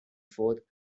fourth